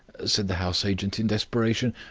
said the house-agent, in desperation,